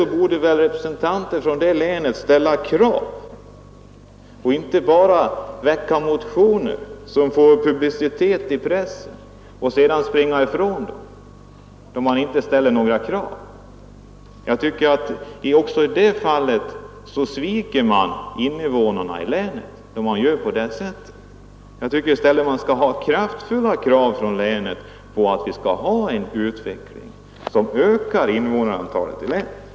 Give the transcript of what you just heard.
I stället borde representanter från det länet ställa krav och inte bara väcka motioner, som får publicitet i pressen, varefter man springer ifrån dem. Också i det fallet sviker man invånarna i länet. I stället borde man från länet framföra kraftfulla krav, så att vi får en utveckling som ökar invånarantalet i länet.